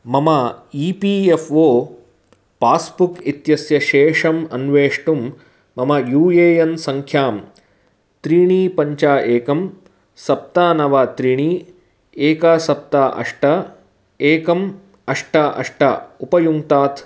मम E P F O passbook इत्यस्य शेषम् अन्वेष्टुं मम यू ए एन् सङ्ख्यां त्रीणि पञ्च एकं सप्त नव त्रीणि एक सप्त अष्ट एकम् अष्ट अष्ट उपयुङ्क्तात्